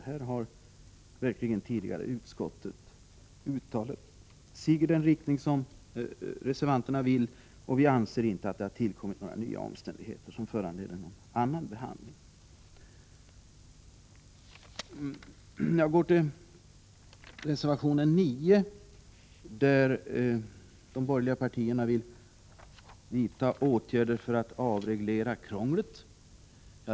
Utskottet har verkligen tidigare uttalat sig i den riktning som reservanterna vill, och vi anser inte att det har tillkommit några nya omständigheter som föranleder någon annan behandling. Jag går nu över till reservation 9. De borgerliga partierna vill vidta åtgärder för att avreglera krånglet.